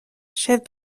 chef